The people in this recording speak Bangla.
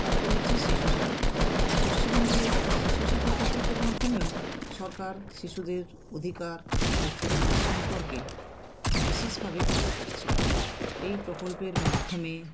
তারপর হচ্ছে শিশুসাথী পশ্চিমবঙ্গের শিশুসাথী প্রকল্পের মাধ্যমেও সরকার শিশুদের অধিকার ও সুরক্ষা সম্পর্কে বিশেষভাবে কাজ করছে এই প্রকল্পের মাধ্যমে